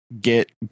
get